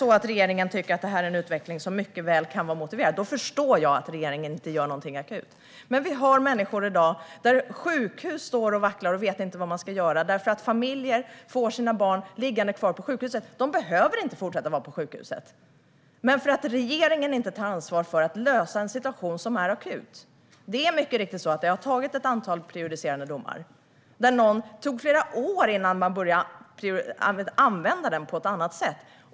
Om regeringen tycker att detta är en utveckling som mycket väl kan vara motiverad förstår jag att regeringen inte gör någonting akut. Men vi har människor i dag för vilka man står och vacklar på sjukhusen och inte vet vad man ska göra. Familjer har sina barn liggande kvar på sjukhuset. Det beror inte på att barnen behöver fortsätta att vara där, utan det beror på att regeringen inte tar ansvar för att lösa en situation som är akut. Det har mycket riktigt funnits ett antal prejudicerande domar där det tog flera år innan någon började använda domen på ett annat sätt.